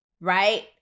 Right